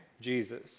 Jesus